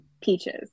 peaches